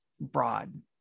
broad